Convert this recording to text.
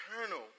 eternal